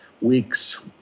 weeks